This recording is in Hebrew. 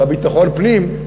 בביטחון פנים,